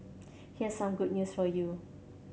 here's some good news for you